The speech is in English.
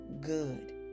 good